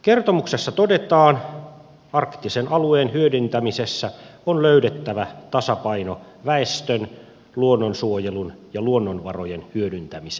kertomuksessa todetaan että arktisen alueen hyödyntämisessä on löydettävä tasapaino väestön luonnonsuojelun ja luonnonvarojen hyödyntämisen välillä